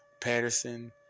Patterson